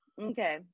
Okay